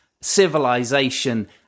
civilization